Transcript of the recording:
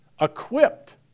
Equipped